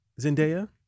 Zendaya